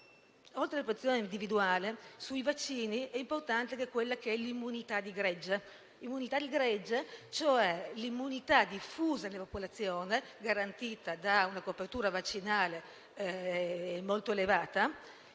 Oltre alla protezione individuale, sui vaccini è importante l'immunità di gregge, cioè l'immunità diffusa nella popolazione, garantita da una copertura vaccinale molto elevata,